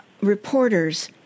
reporters